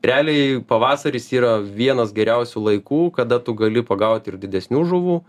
realiai pavasaris yra vienas geriausių laikų kada tu gali pagaut ir didesnių žuvų